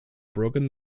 broken